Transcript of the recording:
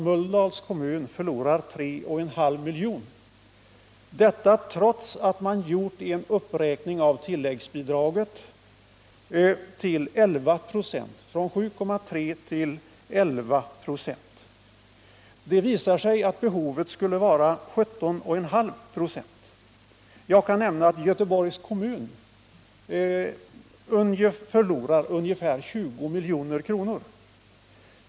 Mölndals kommun förlorar 3,5 miljoner trots att man gjort en uppräkning av tilläggsbidraget från 7,3 till 11 26. Det har visat sig att behovet är 17,5 96. Jag kan nämna att Göteborgs kommun förlorar ungefär 20 miljoner.